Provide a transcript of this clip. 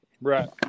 Right